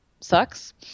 sucks